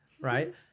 Right